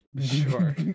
sure